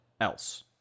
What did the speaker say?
else